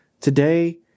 Today